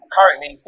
Currently